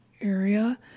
area